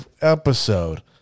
episode